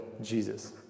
jesus